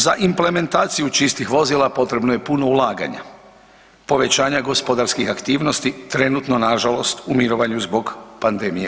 Za implementaciju čistih vozila potrebno je puno ulaganja, povećanja gospodarskih aktivnosti trenutno nažalost u mirovanju zbog pandemije